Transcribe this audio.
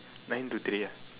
nine to three ah